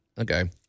Okay